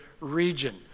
region